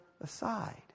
aside